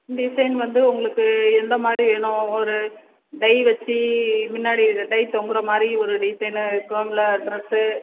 design வந்து உங்களுக்கு எந்த மாதிரி வேணும் ஒரு டை வச்சி முன்னாடி டை தொங்குகிற மாதிரி ஒரு டிசைன் இருக்கலாமில்ல டிரஸ்ஸு